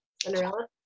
Cinderella